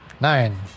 Nine